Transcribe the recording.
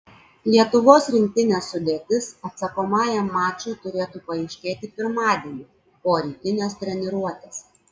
lietuvos rinktinės sudėtis atsakomajam mačui turėtų paaiškėti pirmadienį po rytinės treniruotės